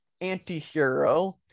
anti-hero